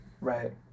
Right